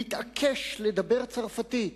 הוא מתעקש לדבר צרפתית